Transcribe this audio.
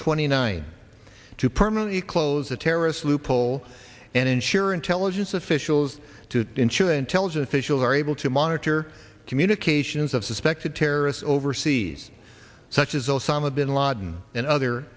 twenty nine to permanently close a terrorist loophole and ensure intelligence officials to ensure intelligence officials are able to monitor communications of suspected terrorists overseas such as osama bin laden and other